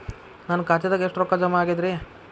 ನನ್ನ ಖಾತೆದಾಗ ಎಷ್ಟ ರೊಕ್ಕಾ ಜಮಾ ಆಗೇದ್ರಿ?